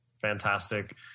fantastic